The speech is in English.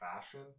fashion